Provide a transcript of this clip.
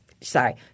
Sorry